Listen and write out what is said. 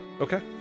Okay